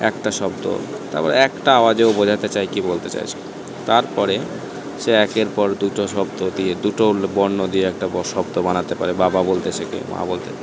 একটা শব্দ তারপরে একটা আওয়াজেও বোঝাতে চায় কী বলতে চায় সে তারপরে সে একের পর দুটো শব্দ দিয়ে দুটো বর্ণ দিয়ে একটা বো শব্দ বানাতে পারে বাবা বলতে শেখে মা বলতে